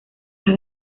las